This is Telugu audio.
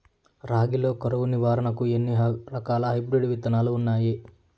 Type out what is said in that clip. రాగి లో కరువు నివారణకు ఎన్ని రకాల హైబ్రిడ్ విత్తనాలు ఉన్నాయి